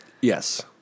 Yes